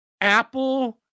Apple